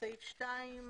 סעיף 2,